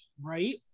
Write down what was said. right